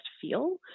feel